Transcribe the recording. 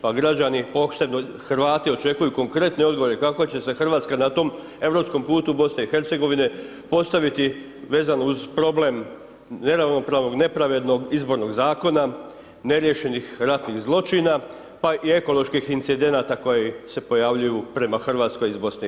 Pa građani, posebno Hrvati očekuju konkretne odgovore kako će se Hrvatska na tom europskom putu BiH postaviti vezano uz problem neravnopravnog, nepravednog Izbornog zakona, ne riješenih ratnih zločina pa i ekoloških incidenata koji se pojavljuju prema Hrvatskoj iz BiH.